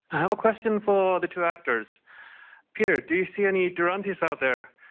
i have a question for the two actors peter, do you see any durantys out there?